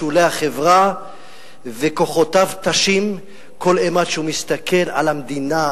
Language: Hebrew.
בשולי החברה וכוחותיו תשים כל אימת שהוא מסתכל על המדינה,